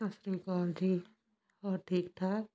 ਸਤਿ ਸ਼੍ਰੀ ਅਕਾਲ ਜੀ ਹੋਰ ਠੀਕ ਠਾਕ